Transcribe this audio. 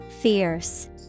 Fierce